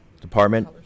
Department